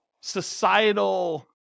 societal